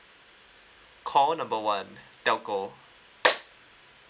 call number one telco